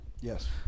Yes